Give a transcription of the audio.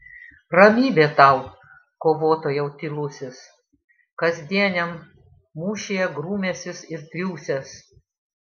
ramybė tau kovotojau tylusis kasdieniam mūšyje grūmęsis ir triūsęs